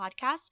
podcast